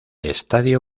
estadio